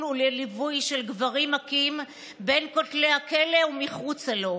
ולליווי של גברים מכים בין כותלי הכלא ומחוצה לו,